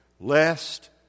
lest